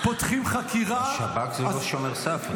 פותחים חקירה --- השב"כ זה לא שומר סף.